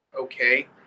Okay